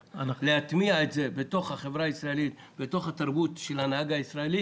בתוך החברה הישראלית, בתוך התרבות של הנהג הישראלי